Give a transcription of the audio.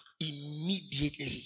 immediately